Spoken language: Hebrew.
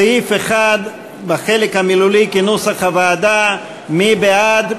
סעיף 1 בחלק המילולי, כנוסח הוועדה, מי בעד?